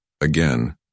again